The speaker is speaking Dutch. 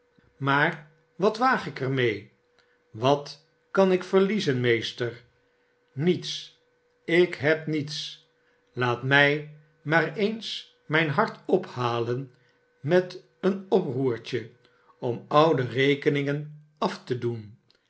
smaar watwaag ik er mee wat kan ik verliezen meester niets ik heb mets laat mij maar eens mijn hart ophalen met een oproertje om oude rekeningen af te doen